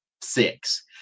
six